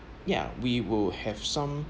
ya we will have some